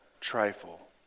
trifle